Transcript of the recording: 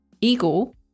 eagle